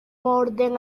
orden